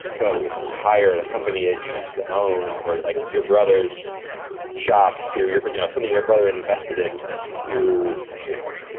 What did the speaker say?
go hire the company that you used to own or like your brother's shop to you. but you know, something your brother and invested in to, you know,